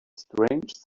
strange